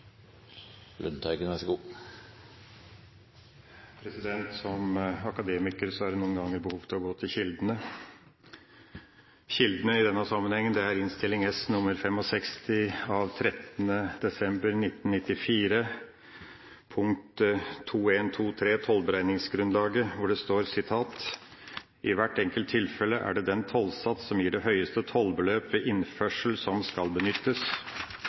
det noen ganger behov for å gå til kildene. Kildene i denne sammenhengen er Innst. S 65 for 1994–1995 av 13. desember 1994, punkt 2.1.2.3 Tollberegningsgrunnlaget, hvor det står: «I hvert enkelt tilfelle er det den tollsats som gir det høyeste tollbeløp ved innførsel som skal benyttes.»